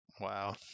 Wow